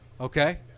Okay